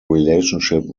relationship